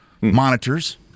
monitors